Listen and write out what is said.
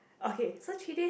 okay so three days